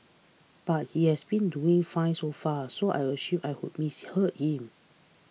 but he has been doing fine so far so I assumed I who misheard him